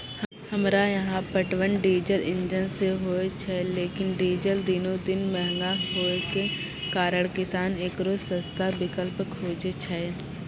हमरा यहाँ पटवन डीजल इंजन से होय छैय लेकिन डीजल दिनों दिन महंगा होय के कारण किसान एकरो सस्ता विकल्प खोजे छैय?